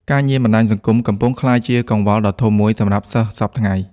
ការញៀនបណ្ដាញសង្គម កំពុងក្លាយជាកង្វល់ដ៏ធំមួយសម្រាប់សិស្សសព្វថ្ងៃ។